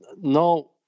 no